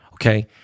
Okay